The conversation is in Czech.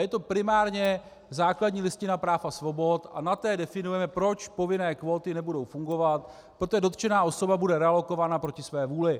Je to primárně základní listina práv a svobod a na té definujeme, proč povinné kvóty nebudou fungovat, protože dotčená osoba bude realokována proti své vůli.